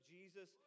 Jesus